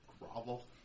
grovel